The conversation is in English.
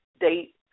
date